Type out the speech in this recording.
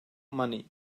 money